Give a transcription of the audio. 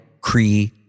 Cree